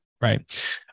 right